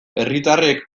herritarrek